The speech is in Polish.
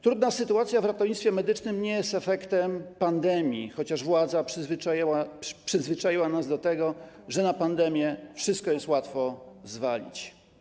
Trudna sytuacja w ratownictwie medycznym nie jest efektem pandemii, chociaż władza przyzwyczaiła nas do tego, że na pandemię łatwo wszystko zwalić.